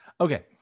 okay